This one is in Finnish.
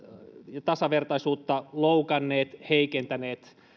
ja tasavertaisuutta loukanneet heikentäneet